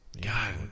God